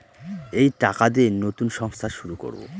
এই টাকা দিয়ে নতুন সংস্থা শুরু করবো